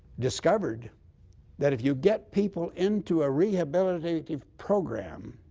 discovered that if you get people into a rehabilitative program